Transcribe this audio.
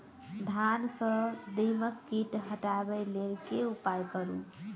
धान सँ दीमक कीट हटाबै लेल केँ उपाय करु?